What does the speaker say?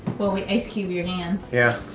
while we ice cube your hands. yeah.